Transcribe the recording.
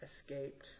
escaped